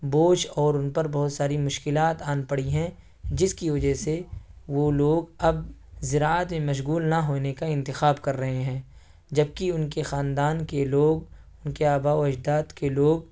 بوجھ اور ان پر بہت ساری مشکلات آن پڑی ہیں جس کی وجہ سے وہ لوگ اب زراعت میں مشغول نہ ہونے کا انتخاب کر رہے ہیں جبکہ ان کے خاندان کے لوگ ان کے آبا و اجداد کے لوگ